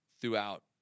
throughout